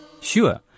Sure